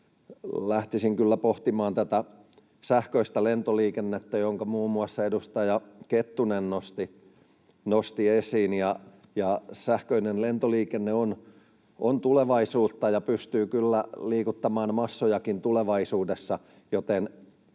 lähtisin kyllä pohtimaan tätä sähköistä lentoliikennettä, jonka muun muassa edustaja Kettunen nosti esiin. Sähköinen lentoliikenne on tulevaisuutta ja pystyy kyllä liikuttamaan massojakin tulevaisuudessa, joten